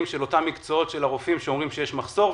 של הרופאים באותם מקצועות שאומרים שיש מחסור,